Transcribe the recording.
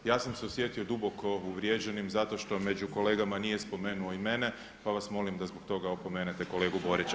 Ja sam se osjetio duboko uvrijeđenim zato što među kolegama nije spomenuo i mene, pa vas molim da zbog toga opomenete kolegu Borića.